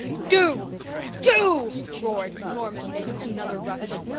do do, roared norman, making another rush.